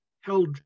held